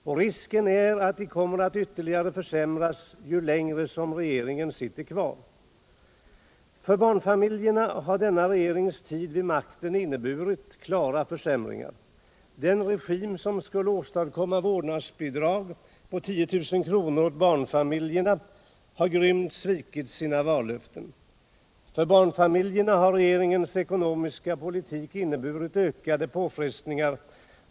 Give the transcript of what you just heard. Och risken är att de kommer att försämras ytterligare ju längre regeringen sitter kvar. För barnfamiljerna har denna regerings tid vid makten inneburit klara försämringar. Den regim som skulle åstadkomma vårdnadsbidrag på 10 000 kr. åt barnfamiljerna har grymt svikit sina vallöften. För barnfamiljerna har regeringens ekonomiska politik inneburit ökade påfrestningar.